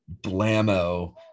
blammo